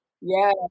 Yes